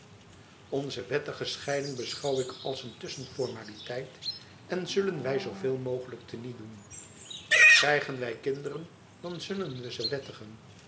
onze wettige scheiding beschouw ik als een tusschenformaliteit en zullen wij zooveel mogelijk te niet doen krijgen wij kinderen dan zullen we ze wettigen